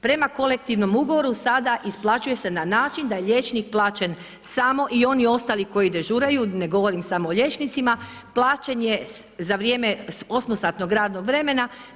Prema Kolektivnom ugovoru sada isplaćuje se na način da je liječnik plaćen samo i oni ostali koji dežuraju, ne govorim samo o liječnicima, plaćen za vrijeme 8-satnog radnog vremena.